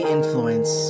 Influence